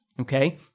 Okay